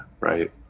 right